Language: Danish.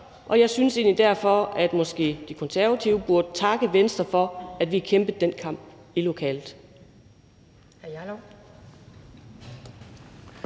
Jeg synes egentlig, at De Konservative måske derfor burde takke Venstre for, at vi kæmpede den kamp i lokalet.